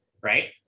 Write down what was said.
right